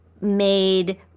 made